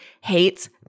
hates